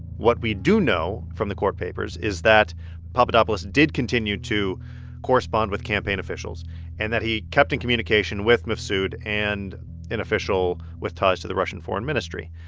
what we do know from the court papers is that papadopoulos did continue to correspond with campaign officials and that he kept in communication with mifsud and an official with ties to the russian foreign ministry.